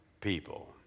people